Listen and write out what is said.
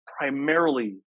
primarily